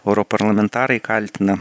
europarlamentarai kaltina